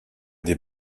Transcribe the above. des